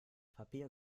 papier